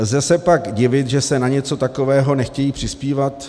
Lze se tak divit, že na něco takového nechtějí přispívat?